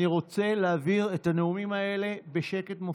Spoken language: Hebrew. אני רוצה להעביר את הנאומים האלה בשקט מופתי.